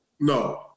No